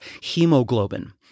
hemoglobin